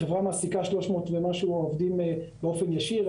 החברה מעסיקה שלוש מאות ומשהו עובדים באופן ישיר.